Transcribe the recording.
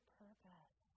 purpose